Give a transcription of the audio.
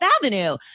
Avenue